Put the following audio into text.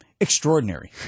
extraordinary